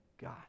God